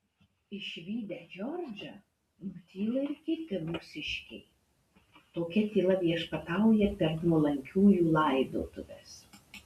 išvydę džordžą nutyla ir kiti mūsiškiai tokia tyla viešpatauja per nuolankiųjų laidotuves